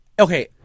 Okay